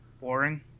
Boring